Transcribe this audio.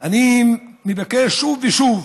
אני מבקש שוב ושוב מהמל"ג,